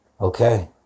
Okay